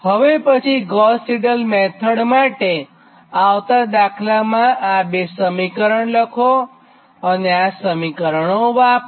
હવે પછી Gauss Seidel method માટે આવતાં દાખલામાં આ બે સમીકરણ લખો અને આ સમીકરણો વાપરો